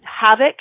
havoc